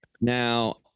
Now